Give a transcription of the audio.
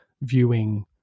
viewing